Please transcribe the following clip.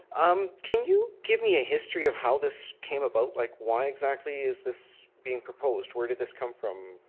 um can you give me a history of how this came about, like why exactly is this being proposed, where did this come from,